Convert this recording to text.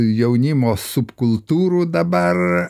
jaunimo subkultūrų dabar